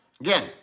Again